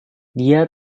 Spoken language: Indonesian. dia